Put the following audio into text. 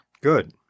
Good